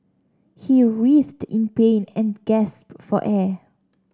he writhed in pain and gasped for air